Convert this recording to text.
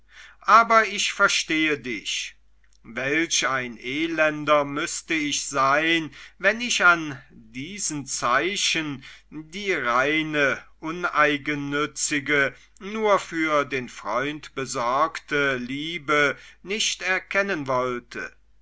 aber ich verstehe dich welch ein elender müßte ich sein wenn ich an diesen zeichen die reine uneigennützige nur für den freund besorgte liebe nicht erkennen wollte